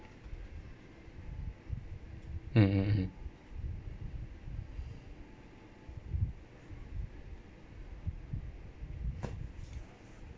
mmhmm mm